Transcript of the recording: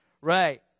Right